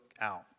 out